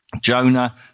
Jonah